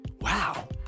Wow